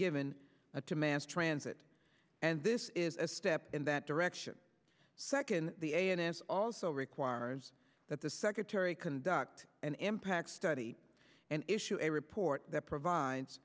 given to mass transit and this is a step in that direction second the n s a also requires that the secretary conduct an impact study and issue a report that provides